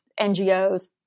NGOs